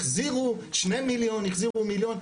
''החזירו 2 מיליון' 'החזירו מיליון'.